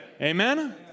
Amen